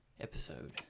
episode